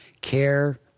Care